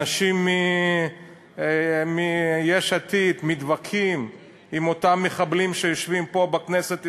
אנשים מיש עתיד מתווכחים עם אותם מחבלים שיושבים פה בכנסת ישראל,